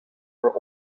her